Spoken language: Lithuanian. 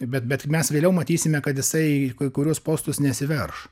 bet bet mes vėliau matysime kad jisai kai kuriuos postus nesiverš